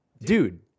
dude